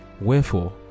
wherefore